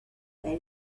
they